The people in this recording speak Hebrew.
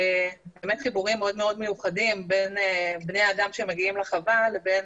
חיבורים מאוד מאוד מיוחדים בין בני אדם שמגיעים לחווה ובין